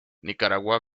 nicaragua